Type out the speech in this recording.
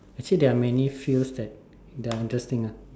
actually there are many fields that that are interesting ah